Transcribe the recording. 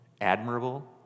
admirable